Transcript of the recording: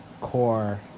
core